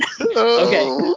Okay